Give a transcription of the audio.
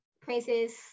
places